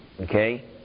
okay